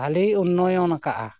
ᱵᱷᱟᱹᱜᱤᱭ ᱩᱛᱱᱟᱹᱣ ᱟᱠᱟᱫᱼᱟ